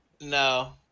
no